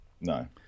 No